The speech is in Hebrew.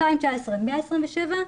2019 127,